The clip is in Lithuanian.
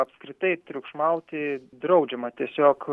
apskritai triukšmauti draudžiama tiesiog